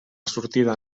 sortida